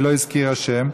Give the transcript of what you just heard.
והיא לא הזכירה שם.